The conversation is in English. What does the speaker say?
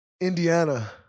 Indiana